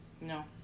no